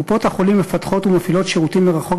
קופות-החולים מפתחות ומפעילות שירותים מרחוק